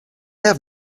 have